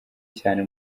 cyane